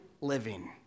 living